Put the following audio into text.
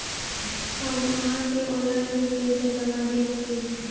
हम आहाँ के ऑनलाइन ही पैसा जमा देब की?